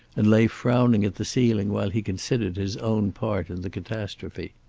and lay frowning at the ceiling while he considered his own part in the catastrophe.